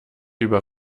über